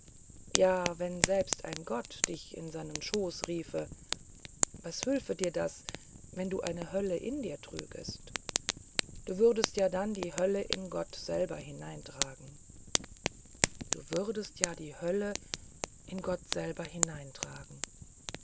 ja wenn selbst ein gott dich in seinen schoß riefe was hülfe dir das wenn du eine hölle in dir trügest du würdest ja dann die hölle in gott selber hineintragen du würdest ja die hölle in gott selber hineintragen